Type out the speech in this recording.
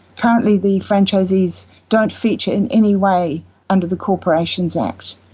currently the franchisees don't feature in any way under the corporations act.